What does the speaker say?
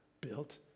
built